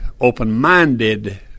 open-minded